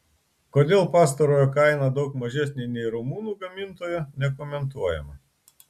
kodėl pastarojo kaina daug mažesnė nei rumunų gamintojo nekomentuojama